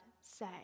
say